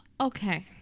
Okay